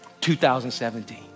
2017